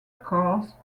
cars